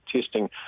testing